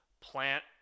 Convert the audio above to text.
plant